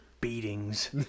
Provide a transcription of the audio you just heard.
beatings